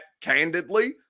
candidly